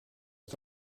het